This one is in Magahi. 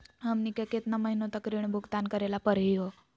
हमनी के केतना महीनों तक ऋण भुगतान करेला परही हो?